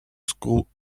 school